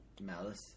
Malice